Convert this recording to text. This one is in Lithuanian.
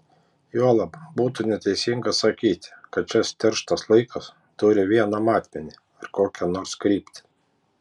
juolab būtų neteisinga sakyti kad šis tirštas laikas turi vieną matmenį ar kokią nors kryptį